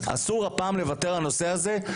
אסור הפעם לוותר בנושא הזה.